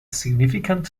significant